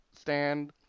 stand